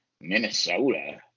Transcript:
Minnesota